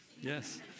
Yes